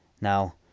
Now